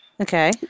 okay